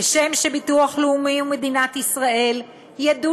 כשם שהביטוח הלאומי ומדינת ישראל ידעו